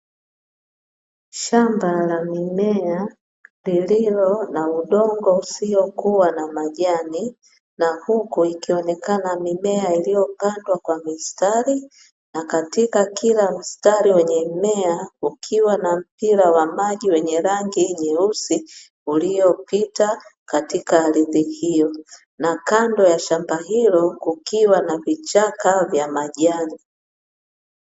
Shamba la mimea lililo na udongo usiokuwa na majani na huku ikionekana mimea iliyopandwa kwa mistari na katika kila mstari wenye mmea ukiwa na mpira wa maji wenye rangi yeusi, uliyopita katika ardhi hiyo na kando la shamba hilo kukiwa na vichaka vya majani.